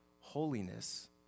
Holiness